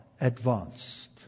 advanced